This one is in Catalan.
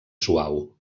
suau